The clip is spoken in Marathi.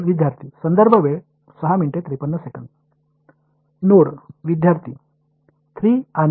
विद्यार्थी नोड विद्यार्थी 3 आणि 1